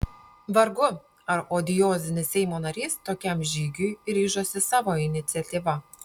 vargu ar odiozinis seimo narys tokiam žygiui ryžosi savo iniciatyva